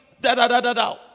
da-da-da-da-da